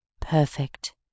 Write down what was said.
perfect